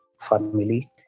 family